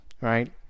right